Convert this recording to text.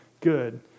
good